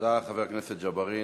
תודה לחבר הכנסת ג'בארין.